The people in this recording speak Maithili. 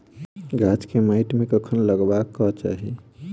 गाछ केँ माइट मे कखन लगबाक चाहि?